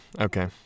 Okay